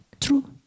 True